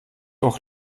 auch